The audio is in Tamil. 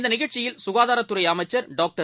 இந்தநிகழ்ச்சியில் சுகாதாரத்துறைஅமைச்சர் டாக்டர்